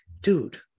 dude